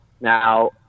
Now